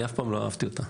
אני אף פעם לא אהבתי אותה.